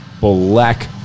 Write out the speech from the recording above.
black